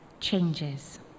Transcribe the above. changes